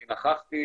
אני נכחתי,